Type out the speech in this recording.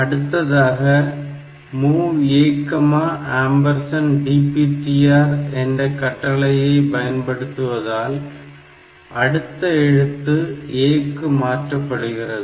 அடுத்ததாக MOV ADPTR என்ற கட்டளையை பயன்படுத்துவதால் அடுத்த எழுத்து A க்கு மாற்றப்படுகிறது